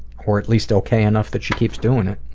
or at least ok enough that she keeps doing it.